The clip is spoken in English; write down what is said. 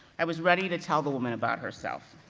i was ready to tell the woman about herself.